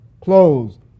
closed